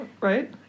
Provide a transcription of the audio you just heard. right